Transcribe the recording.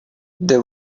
there